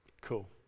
Cool